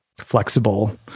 flexible